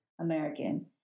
American